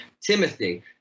Timothy